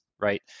right